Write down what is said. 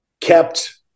kept